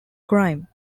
crime